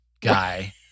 guy